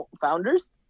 founders